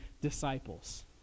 disciples